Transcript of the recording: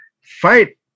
fight